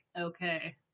okay